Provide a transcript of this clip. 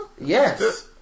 Yes